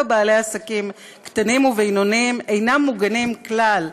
בעלי עסקים קטנים ובינוניים אינם מוגנים כלל.